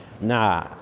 nah